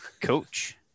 coach